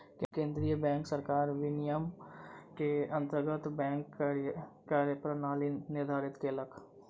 केंद्रीय बैंक सरकार विनियम के अंतर्गत बैंकक कार्य प्रणाली निर्धारित केलक